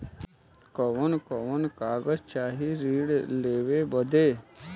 कवन कवन कागज चाही ऋण लेवे बदे?